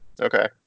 Okay